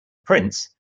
prince